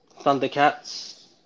Thundercats